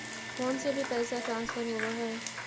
Phone से भी पैसा ट्रांसफर होवहै?